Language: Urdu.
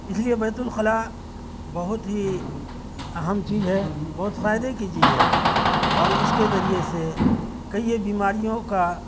اس لیے بیت الخلا بہت ہی اہم چیز ہے بہت فائدے کی چیز ہے اور اس کے ذریعے سے کئی ایک بیماریوں کا